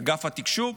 אגף התקשוב,